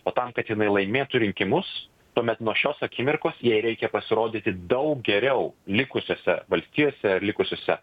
o tam kad jinai laimėtų rinkimus tuomet nuo šios akimirkos jai reikia pasirodyti daug geriau likusiose valstijose likusiuose